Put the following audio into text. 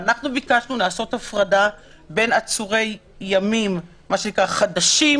ביקשנו הפרדה בין עצורי ימים חדשים,